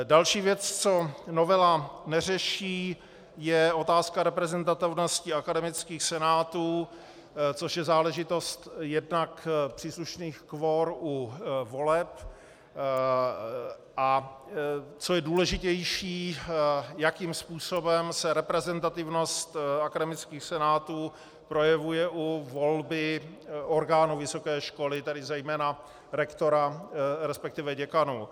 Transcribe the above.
Další věc, co novela neřeší, je otázka reprezentativnosti akademických senátů, což je záležitost jednak příslušných kvor u voleb, a co je důležitější, jakým způsobem se reprezentativnost akademických senátů projevuje u volby orgánů vysoké školy, tedy zejména rektora, respektive děkanů.